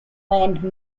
planned